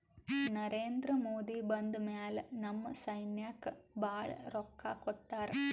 ನರೇಂದ್ರ ಮೋದಿ ಬಂದ್ ಮ್ಯಾಲ ನಮ್ ಸೈನ್ಯಾಕ್ ಭಾಳ ರೊಕ್ಕಾ ಕೊಟ್ಟಾರ